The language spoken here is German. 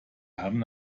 haben